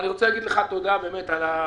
אז אני רוצה להגיד לך תודה על המקצועיות,